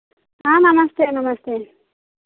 हाँ नमस्ते नमस्ते